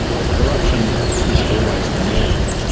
that corruption is always the norm,